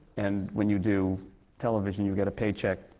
and when you do television, you get a paycheck.